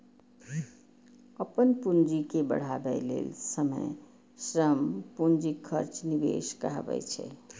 अपन पूंजी के बढ़ाबै लेल समय, श्रम, पूंजीक खर्च निवेश कहाबै छै